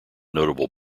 notable